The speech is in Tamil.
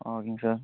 ஆ ஓகேங்க சார்